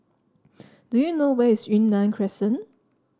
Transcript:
do you know where is Yunnan Crescent